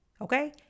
Okay